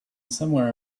somewhere